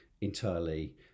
entirely